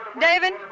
David